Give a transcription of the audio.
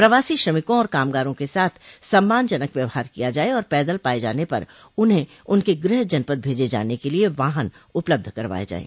प्रवासी श्रमिकों एवं कामगारों के साथ सम्मानजनक व्यवहार किया जाय और पैदल पाये जाने पर उन्हें उनके गृह जनपद भेजे जाने के लिये वाहन उपलब्ध करवाये जाएं